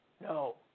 no